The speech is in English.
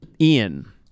ian